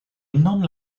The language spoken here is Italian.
non